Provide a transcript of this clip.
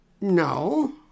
No